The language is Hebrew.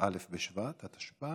כ"א בשבט התשפ"א,